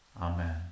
Amen